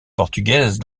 portugaise